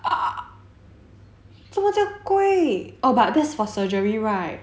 怎么这样贵 oh but that's for surgery right